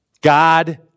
God